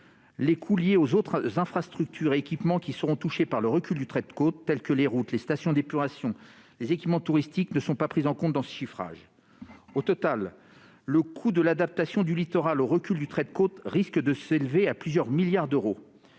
Les coûts liés aux autres infrastructures et équipements qui seront touchés par le recul du trait de côte, tels que les routes, les stations d'épuration ou les équipements touristiques, ne sont pas pris en compte dans ce chiffrage. Au total, le coût de l'adaptation du littoral au recul du trait de côte risque de s'élever à plusieurs milliards d'euros.